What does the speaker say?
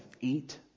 eat